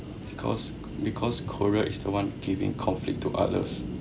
because because korea is the one giving conflict to others